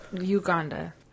Uganda